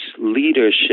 leadership